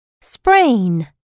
Sprain